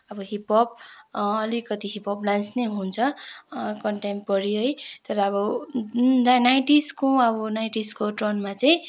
अब हिपप् अलिकति hip hop dance नै हुन्छ कन्टेपोरेरी है तर अब न नाइन्टिसको अब नाइन्टिसको टर्नमा चाहिँ